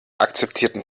akzeptierten